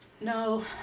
no